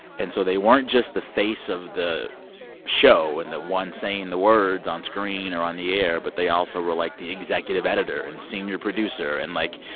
and so they weren't just the face of the show and the one saying the words on screen or on the air, but they also were, like, the executive editor and senior producer. and, like,